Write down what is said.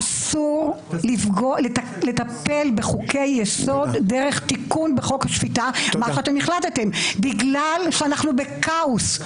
אסור לטפל בחוקי יסוד דרך תיקון בחוק השפיטה בגלל שאנחנו בכאוס.